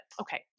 okay